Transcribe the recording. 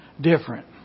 different